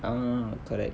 ah correct